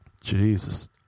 Jesus